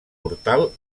portal